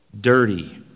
dirty